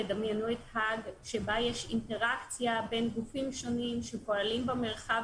תדמיינו את האג שבה יש אינטראקציה בין גופים שונים שפועלים במרחב